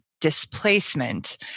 Displacement